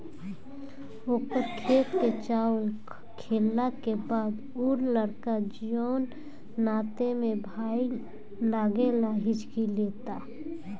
ओकर खेत के चावल खैला के बाद उ लड़का जोन नाते में भाई लागेला हिच्की लेता